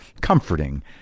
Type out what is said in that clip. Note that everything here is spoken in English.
comforting